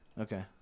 Okay